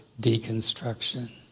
deconstruction